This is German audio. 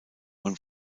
und